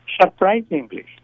Surprisingly